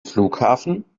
flughafen